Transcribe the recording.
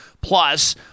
Plus